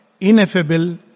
ineffable